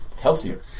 healthier